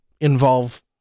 involve